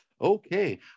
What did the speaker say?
Okay